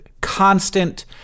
constant